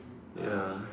ya